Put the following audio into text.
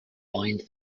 bind